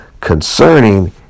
concerning